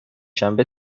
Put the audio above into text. شنبه